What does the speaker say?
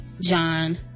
john